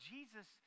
Jesus